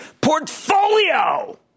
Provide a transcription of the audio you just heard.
Portfolio